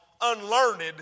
unlearned